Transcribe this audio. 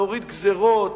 להוריד גזירות,